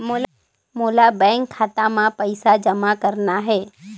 मोला बैंक खाता मां पइसा जमा करना हे?